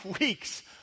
weeks